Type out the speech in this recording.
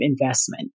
investment